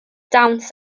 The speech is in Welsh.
dawns